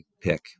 pick